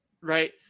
right